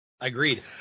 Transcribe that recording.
agreed